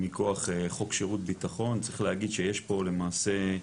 מכוח חוק שירות ביטחון, צריך להגיד שיש פה, למעשה,